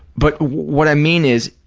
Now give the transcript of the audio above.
but what i mean is,